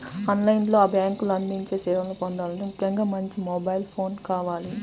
on line లో బ్యేంకులు అందించే సేవలను పొందాలంటే ముఖ్యంగా మంచి మొబైల్ ఫోన్ కావాలి